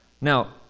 Now